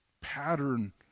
pattern